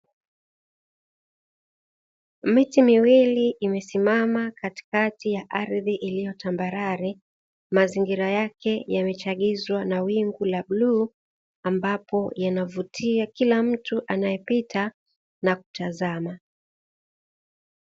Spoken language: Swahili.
Miti miwili imesimama katikati ya ardhi iliyo tambarare, mazingira yake yamechagizwa na wingu la bluu ambapo yanavutia kila mtu anayepita na kutazama.